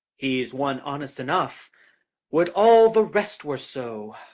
he's one honest enough would all the rest were so!